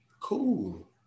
Cool